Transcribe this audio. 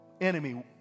Enemy